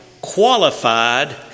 qualified